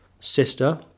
sister